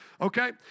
okay